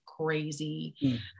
crazy